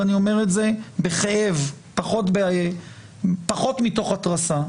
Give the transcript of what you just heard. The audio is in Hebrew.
ואני אומר את זה בכאב פחות מתוך התרסה,